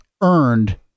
earned